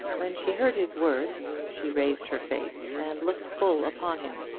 when she heard his words, she raised her face and looked full upon him.